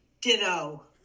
Ditto